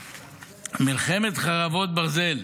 מלחמת חרבות ברזל